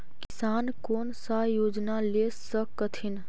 किसान कोन सा योजना ले स कथीन?